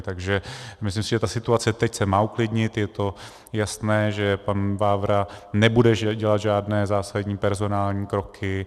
Takže myslím si, že ta situace teď se má uklidnit, je to jasné, že pan Vávra nebude dělat žádné zásadní personální kroky.